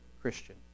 Christian